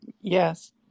yes